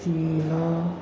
China